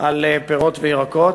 על פירות וירקות.